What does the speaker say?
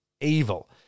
Evil